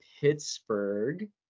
Pittsburgh